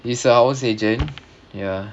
he's a house agent ya